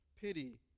pity